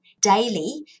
daily